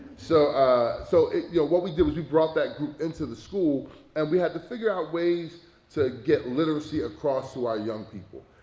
so ah so yeah what we did was we brought that group into the school and we had to figure out ways to get literacy across to our young people.